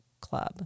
club